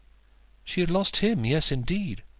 she had lost him. yes, indeed.